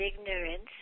ignorance